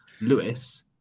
Lewis